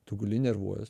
tu guli nervuojies